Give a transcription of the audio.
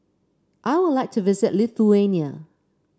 I would like to visit Lithuania